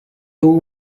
two